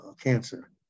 cancer